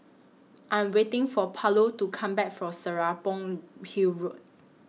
I'm waiting For Paulo to Come Back from Serapong Hill Road